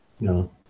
No